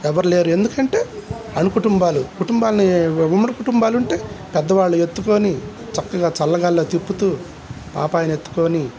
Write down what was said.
ఎవరు లేరు ఎందుకంటే అనుకుటుంబాలు కుటుంబాాలని ఉమ్మడి కుటుంబాలు ఉంటే పెద్దవాళ్ళు ఎత్తుకొని చక్కగా చల్లగాలిలో తిప్పుతూ పాపాయిని ఎత్తుకొని